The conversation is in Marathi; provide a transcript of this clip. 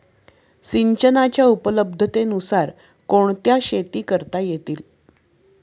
सिंचनाच्या उपलब्धतेनुसार कोणत्या शेती करता येतील?